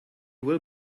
will